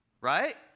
right